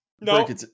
No